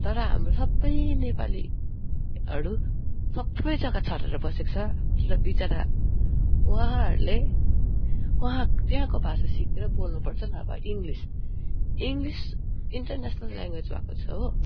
तर हाम्रो सबै नेपालीहरू सबै जग्गा छरेर बसेको छ बिचरा उहाँहरूले वहाँ त्यहाँको भाषा सिकेर बोल्नुपर्छ नभए इङ्ग्लिस इङ्ग्लिस इन्टरनेसनल ल्याङ्ग्वेज भएको छ हो